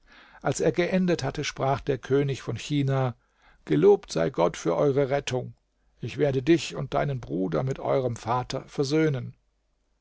als er geendet hatte sprach der könig von china gelobt sei gott für eure rettung ich werde dich und deinen bruder mit eurem vater versöhnen